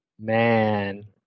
Man